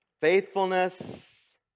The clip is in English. Faithfulness